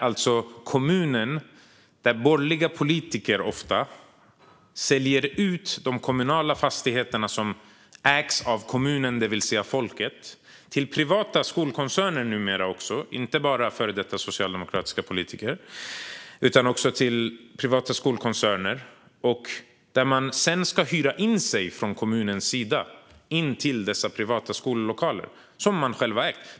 Ofta är det så att borgerliga politiker säljer ut fastigheter som ägs av kommunen, det vill säga folket - inte bara till före detta socialdemokratiska politiker utan numera också till privata skolkoncerner. Sedan ska man från kommunens sida hyra in sig i dessa privata skollokaler, som man själv ägt.